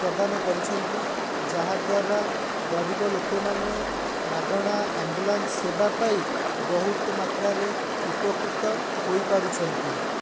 ପ୍ରଦାନ କରୁଛନ୍ତି ଯାହାଦ୍ୱାରା ଗରିବ ଲୋକମାନେ ମାଗଣା ଆମ୍ବୁଲାନ୍ସ ସେବା ପାଇ ବହୁତ ମାତ୍ରାରେ ଉପକୃତ ହୋଇପାରୁଛନ୍ତି